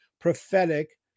prophetic